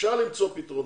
אפשר למצוא פתרונות.